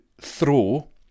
throw